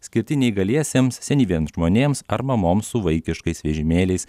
skirti neįgaliesiems senyviems žmonėms ar mamoms su vaikiškais vežimėliais